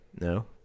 No